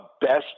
best